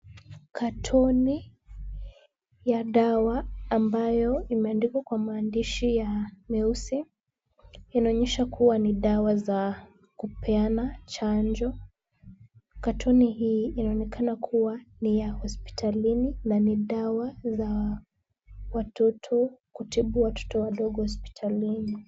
Katoni ya dawa ambayo imeandikwa kwa maandishi meusi. Inaonyesha kuwa ni dawa za kupeana chanjo. Katoni hii inaonekana kuwa ni ya hospitalini na ni dawa za kutibu watoto wadogo hospitalini.